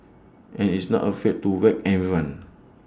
and is not afraid to whack everyone